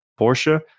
Porsche